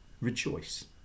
rejoice